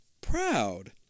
proud